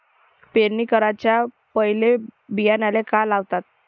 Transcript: पेरणी कराच्या पयले बियान्याले का लावाव?